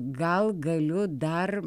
gal galiu dar